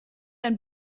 ein